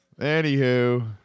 Anywho